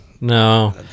No